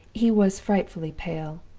he was frightfully pale.